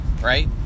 right